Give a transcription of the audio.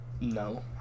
No